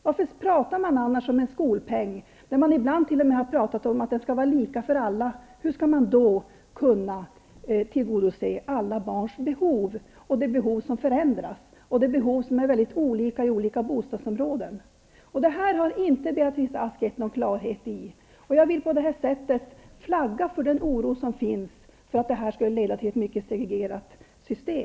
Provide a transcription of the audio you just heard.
Varför pratar man annars om en skolpeng, som ibland t.o.m. skall vara lika för alla? Hur skall man då kunna tillgodose alla barns behov, behov som förändras och som är mycket olika i olika bostadsområden? Beatrice Ask har inte gett någon klarhet om detta. Jag vill på det här sättet flagga för den oro som finns för att det skall leda till ett mycket segregerat system.